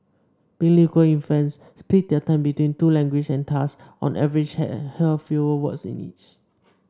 bilingual infants split their time between two languages and thus on average hear fewer words in each